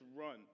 run